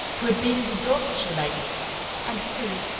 who had been into dorsetshire lately and who,